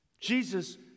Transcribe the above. Jesus